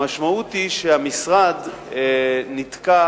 המשמעות היא שהמשרד נתקע